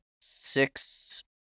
six